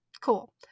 Cool